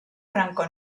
franco